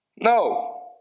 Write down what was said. No